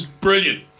Brilliant